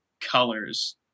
colors